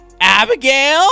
Abigail